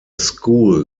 school